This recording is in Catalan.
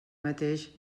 mateix